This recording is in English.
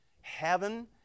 heaven